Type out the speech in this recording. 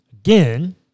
Again